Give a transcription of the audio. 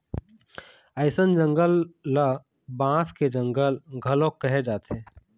अइसन जंगल ल बांस के जंगल घलोक कहे जाथे